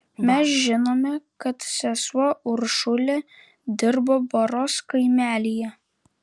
mes žinome kad sesuo uršulė dirbo baros kaimelyje